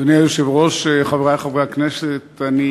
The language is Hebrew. אדוני היושב-ראש, חברי חברי הכנסת, אני